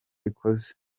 ikozwe